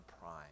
Prime